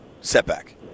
setback